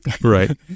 Right